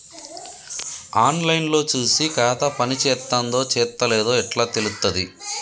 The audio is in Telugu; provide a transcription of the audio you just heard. ఆన్ లైన్ లో చూసి ఖాతా పనిచేత్తందో చేత్తలేదో ఎట్లా తెలుత్తది?